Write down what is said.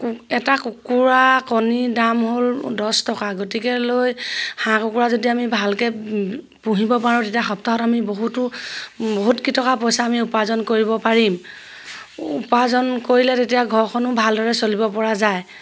এটা কুকুৰা কণী দাম হ'ল দহ টকা গতিকেলৈ হাঁহ কুকুৰা যদি আমি ভালকে পুহিব পাৰোঁ তেতিয়া সপ্তাহত আমি বহুতো বহুতকেইটকা পইচা আমি উপাৰ্জন কৰিব পাৰিম উপাৰ্জন কৰিলে তেতিয়া ঘৰখনো ভালদৰে চলিব পৰা যায়